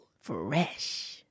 Fresh